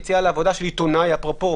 יציאה לעבודה של עיתונאי אפרופו